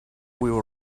will